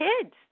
kids